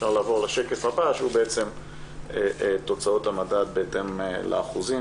אפשר לעבור לשקף הבא שהוא בעצם תוצאות המדד בהתאם לאחוזים.